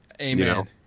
Amen